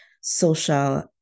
social